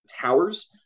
Towers